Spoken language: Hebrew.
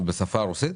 בשפה הרוסית?